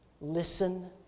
listen